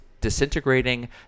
disintegrating